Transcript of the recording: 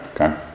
okay